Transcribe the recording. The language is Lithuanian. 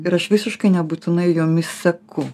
ir aš visiškai nebūtinai jomis seku